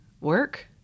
work